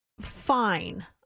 fine